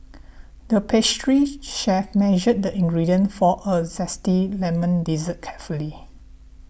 the pastry chef measured the ingredient for a Zesty Lemon Dessert carefully